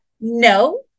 no